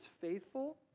faithful